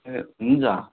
ए हुन्छ